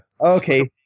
Okay